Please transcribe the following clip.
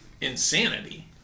insanity